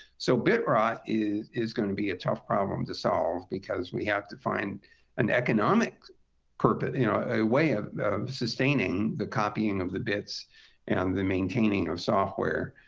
so bit rot it is going to be a tough problem to solve because we have to find an economic purpose you know a way of sustaining the copying of the bits and the maintaining of software,